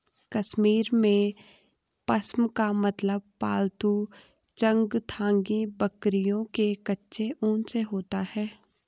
कश्मीर में, पश्म का मतलब पालतू चंगथांगी बकरियों के कच्चे ऊन से होता है